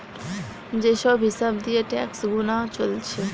যে সব হিসাব দিয়ে ট্যাক্স গুনা চলছে